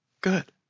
good